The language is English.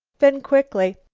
then quickly,